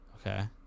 Okay